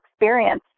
experience